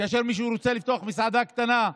כאשר מישהו רוצה לפתוח מסעדה קטנה,